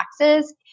taxes